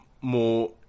more